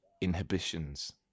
inhibitions